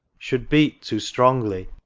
should beat too strongly,